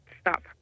Stop